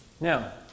Now